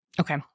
Okay